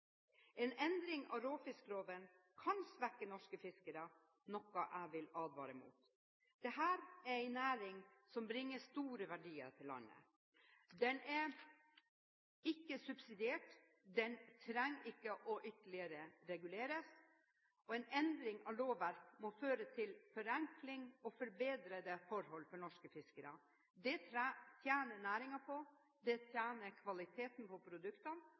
En endring av råfiskloven kan svekke norske fiskere, noe jeg vil advare mot. Dette er en næring som bringer store verdier til landet. Den er ikke subsidiert, den trenger ikke ytterligere å reguleres, og en endring av lovverket må føre til forenkling og forbedrede forhold for norske fiskere. Det tjener næringen på, det tjener kvaliteten på produktene